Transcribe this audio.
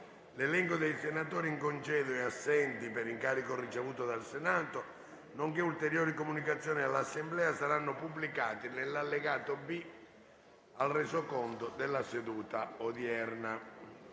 L'elenco dei senatori in congedo e assenti per incarico ricevuto dal Senato, nonché ulteriori comunicazioni all'Assemblea saranno pubblicati nell'allegato B al Resoconto della seduta odierna.